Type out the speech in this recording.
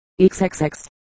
XXX